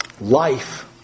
Life